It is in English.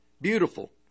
Beautiful